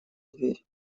дверь